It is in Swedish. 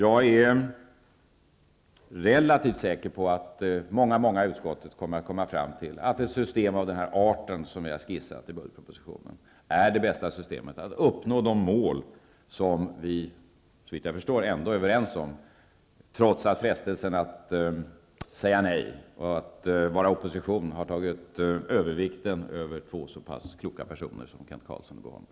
Jag är relativt säker på att många i utskottet kommer att komma fram till att ett system av den art som vi har skissat i budgetpropositionen är det bästa systemet för att uppnå de mål som vi, såvitt jag kan förstå, ändå är överens om, trots att frestelsen att säga nej och vara i opposition har tagit överhanden hos två så kloka personer som Kent